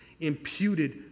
imputed